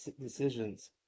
decisions